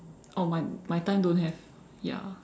oh my my time don't have ya